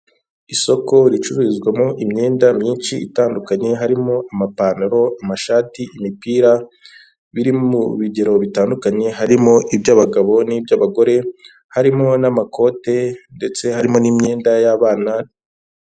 Isoko ricuruzwamo imyenda myinshi itandukanye, harimo amapantaro, amashati, imipira, biri mu bigero bitandukanye, harimo iby'abagabo n'iby'abagore, harimo n'amakote ndetse harimo n'imyenda y'abana.